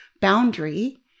boundary